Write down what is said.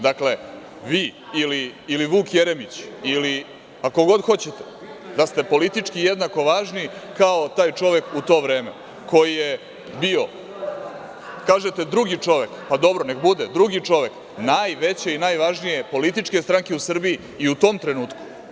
Dakle, vi ili Vuk Jeremić ili ko god hoćete da ste politički jednako važni kao taj čovek u to vreme koji je bio, kažete, drugi čovek, dobro, nek bude, drugi čovek najveće i najvažnije političke stranke u Srbiji i u tom trenutku.